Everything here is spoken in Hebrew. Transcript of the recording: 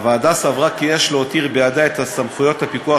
הוועדה סברה כי יש להותיר בידיה את סמכויות הפיקוח